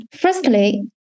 Firstly